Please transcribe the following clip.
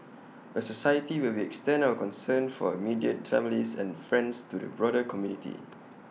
A society where we extend our concern for immediate families and friends to the broader community